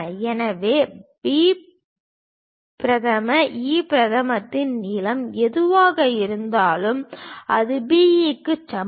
எனவே B prime E பிரதமத்தின் நீளம் எதுவாக இருந்தாலும் அது B E க்கு சமம்